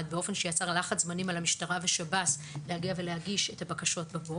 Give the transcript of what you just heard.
באופן שיצר לחץ זמנים על המשטרה ושב"ס להגיע ולהגיש את הבקשות בבוקר,